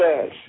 says